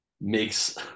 makes